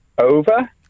Over